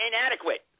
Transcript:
inadequate